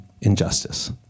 injustice